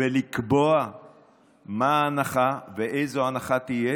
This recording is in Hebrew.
ולקבוע מה ההנחה ואיזו הנחה תהיה.